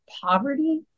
poverty